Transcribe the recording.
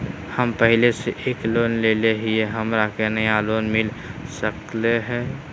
हमे पहले से एक लोन लेले हियई, हमरा के नया लोन मिलता सकले हई?